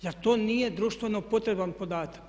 Zar to nije društveno potreban podatak?